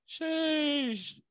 Sheesh